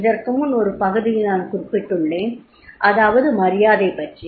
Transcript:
இதற்குமுன் ஒரு பகுதியில் நான் குறிப்பிட்டுள்ளேன் அதாவது மரியாதை பற்றி